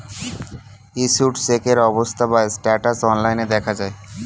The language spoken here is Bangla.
ইস্যুড চেকের অবস্থা বা স্ট্যাটাস অনলাইন দেখা যায়